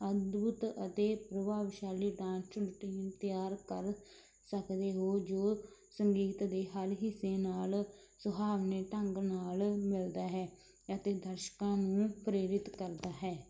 ਅਦਭੁਤ ਅਤੇ ਪ੍ਰਭਾਵਸ਼ਾਲੀ ਡਾਂਸ ਰੁਟੀਨ ਤਿਆਰ ਕਰ ਸਕਦੇ ਹੋ ਜੋ ਸੰਗੀਤ ਦੇ ਹਰ ਹਿੱਸੇ ਨਾਲ ਸੁਹਾਵਣੇ ਢੰਗ ਨਾਲ ਮਿਲਦਾ ਹੈ ਅਤੇ ਦਰਸ਼ਕਾਂ ਨੂੰ ਪ੍ਰੇਰਿਤ ਕਰਦਾ ਹੈ